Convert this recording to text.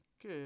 good